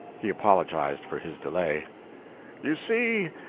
he apologized for his delay you see,